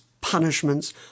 punishments